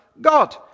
God